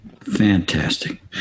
fantastic